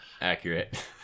Accurate